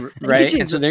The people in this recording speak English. right